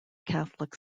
catholic